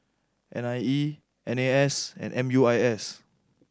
N I E N A S and M U I S